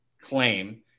claim